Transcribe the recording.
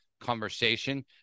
conversation